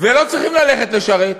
ולא צריכים ללכת לשרת.